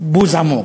בוז עמוק,